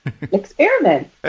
Experiment